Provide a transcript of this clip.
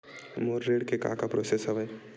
मोर ऋण के का का प्रोसेस हवय?